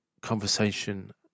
conversation